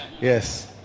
Yes